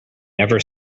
never